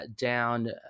down